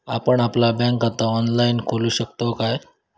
आपण आपला बँक खाता ऑनलाइनव खोलू शकतव काय?